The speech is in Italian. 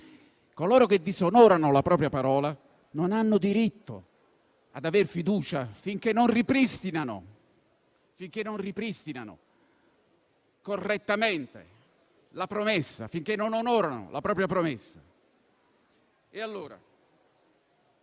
Coloro che disonorano la propria parola non hanno diritto ad aver fiducia, finché non ripristinano correttamente e non onorano la propria promessa.